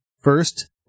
First